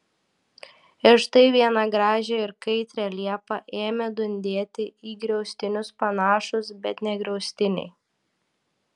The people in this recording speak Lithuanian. ir štai vieną gražią ir kaitrią liepą ėmė dundėti į griaustinius panašūs bet ne griaustiniai